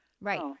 Right